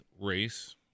race